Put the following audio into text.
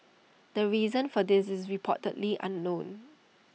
the reason for this is reportedly unknown